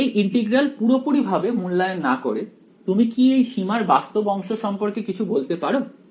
তাই এই ইন্টিগ্রাল পুরোপুরিভাবে মূল্যায়ন না করে তুমি কি এই সীমার বাস্তব অংশ সম্পর্কে কিছু বলতে পারো